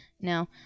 Now